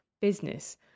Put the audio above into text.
business